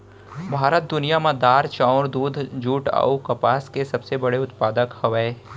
भारत दुनिया मा दार, चाउर, दूध, जुट अऊ कपास के सबसे बड़े उत्पादक हवे